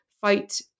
fight